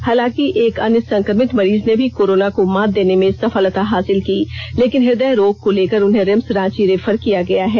हालांकि एक अन्य संक्रमित मरीज ने भी कोरोना को मात देने में सफलता हासिल की लेकिन हृदय रोग को लेकर उन्हें रिम्स रांची रेफर किया गया है